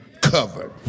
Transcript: covered